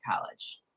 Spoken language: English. college